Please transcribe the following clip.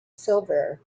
silver